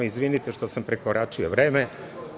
Izvinite što sam prekoračio vreme.